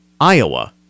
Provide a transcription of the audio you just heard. iowa